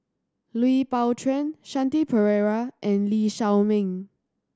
Lui Pao Chuen Shanti Pereira and Lee Shao Meng